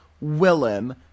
Willem